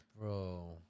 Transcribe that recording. Bro